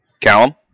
Callum